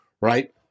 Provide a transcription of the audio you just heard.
right